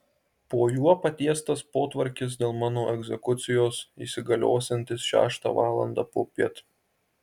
po juo patiestas potvarkis dėl mano egzekucijos įsigaliosiantis šeštą valandą popiet